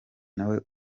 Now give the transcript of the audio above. nawe